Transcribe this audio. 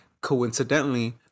coincidentally